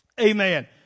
Amen